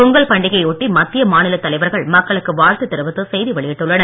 பொங்கல் பண்டிகையை ஒட்டி மத்திய மாநிலத் தலைவர்கள் மக்களுக்கு வாழ்த்து தெரிவித்து செய்தி வெளியிட்டுள்ளனர்